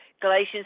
Galatians